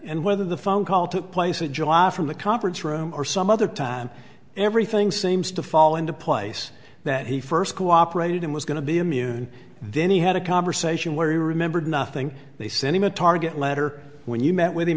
and whether the phone call took place at july from the conference room or some other time everything seems to fall into place that he first cooperated and was going to be immune then he had a conversation where he remembered nothing they sent him a target letter when you met